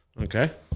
Okay